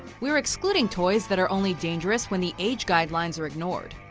we're excluding toys that are only dangerous, when the age guidelines are ignored.